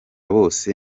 bose